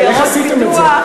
איך עשיתם את זה?